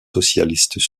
socialistes